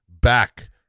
back